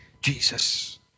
Jesus